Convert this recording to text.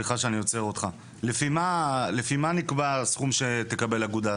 לפי מה נקבע הסכום שתקבל אגודה?